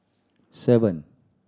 seven